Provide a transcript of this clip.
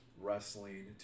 wrestling